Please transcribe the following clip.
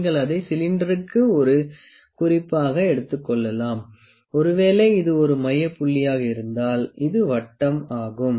நீங்கள் அதை சிலிண்டருக்கு ஒரு குறிப்பாக எடுத்துக் கொள்ளலாம் ஒரு வேலை இது ஒரு மைய புள்ளியாக இருந்தால் இது வட்டம் ஆகும்